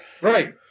Right